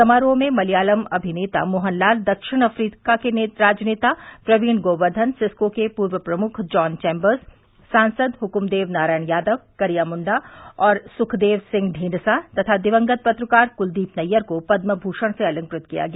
समारोह में मलयालम अभिनेता मोहनलाल दक्षिण अफ्रीका के राजनेता प्रवीण गोवरधन सिस्को के पूर्व प्रमुख जॉन चैंबर्स सांसद हुकुमदेव नारायण यादव करिया मुंडा और सुखदेव सिंह ढींढसा तथा दिवंगत पत्रकार कुलदीप नैय्यर को पदम भूषण से अलंकृत किया गया